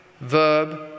verb